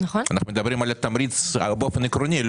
אנחנו מדברים על התמריץ באופן עקרוני,